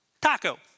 Taco